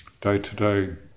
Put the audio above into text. day-to-day